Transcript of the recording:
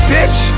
Bitch